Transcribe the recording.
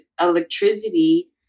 electricity